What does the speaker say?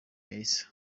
melissa